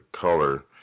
color